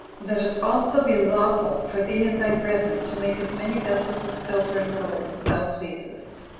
let it also be lawful for thee and thy brethren to make as many vessels of silver and gold as thou pleasest.